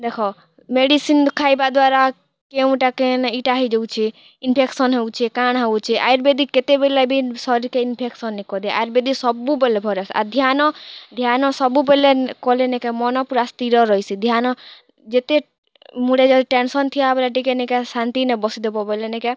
ଦେଖ ମେଡ଼ିସିନ୍ ଖାଇବା ଦ୍ଵାରା କେଉଁଟାକେ ଏଇଟା ହେଇଯାଉଛି ଇନ୍ଫେକ୍ସନ୍ ହେଉଛେ କାଣା ହଉଚେ ଆୟୁର୍ବେଦିକ୍ କେତେବେଲେ ବି ଶରୀରେ ଇନ୍ଫେକ୍ସନ୍ ନାଇଁ କରେ ଆୟୁର୍ବେଦିକ୍ ସବୁବେଲେ ଭଲ୍ ଏ ଧ୍ୟାନ ଧ୍ୟାନ ସବୁବେଲେ କଲେ ନେକେ ମନ ପୁରା ସ୍ଥିର ରହିସି ଧ୍ୟାନ ଯେତେ ମୁଣ୍ଡରେ ଟେନ୍ସନ୍ ଥିବା ବେଳେ ଟିକେ ନେକା ଶାନ୍ତିନେ ବସିଦେବ ବୋଲେ ନେକେଁ